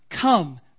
come